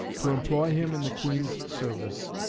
to employ him in the queen's service,